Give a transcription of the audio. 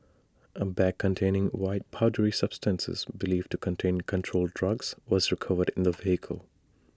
A bag containing white powdery substances believed to contain controlled drugs was recovered in the vehicle